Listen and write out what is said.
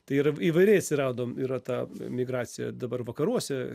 tai ir įvairiai atsiradom tai yra ta migracija dabar vakaruose